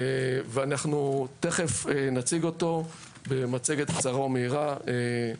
ואנחנו תכף נציג אותו במצגת קצרה ומהירה.